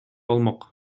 болмок